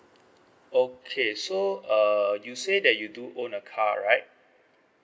okay so err you say that you do own a car right